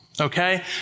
Okay